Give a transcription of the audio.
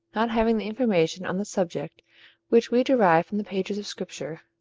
not having the information on the subject which we derive from the pages of scripture,